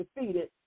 defeated